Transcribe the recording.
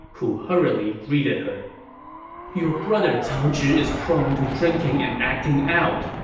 who hurriedly greeted her your brother cao zhi is prone to drinking and acting out,